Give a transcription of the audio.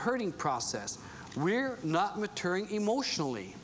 hurting process we're not maturing emotionally